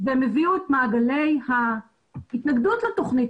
והם הביאו את מעגני ההתנגדות לתכנית